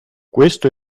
questo